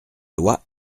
lois